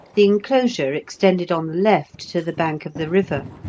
the enclosure extended on the left to the bank of the river,